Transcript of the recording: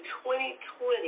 2020